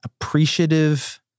appreciative